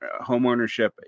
homeownership